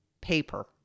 paper